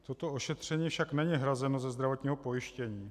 Toto ošetření však není hrazeno ze zdravotního pojištění.